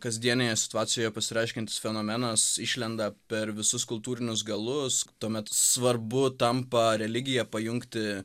kasdienėje situacijoje pasireiškiantis fenomenas išlenda per visus kultūrinius galus tuomet svarbu tampa religiją pajungti